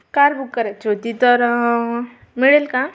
car book करायची होती तर मिळेल का